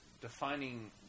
defining